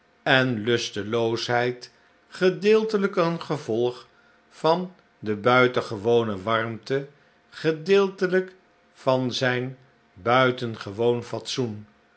en lusteloosheid gedeeltelijk een gevolg van de buitengewone warmte gedeeltelijk van zijn buitengewoon fatsoen